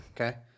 okay